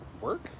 work